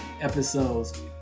episodes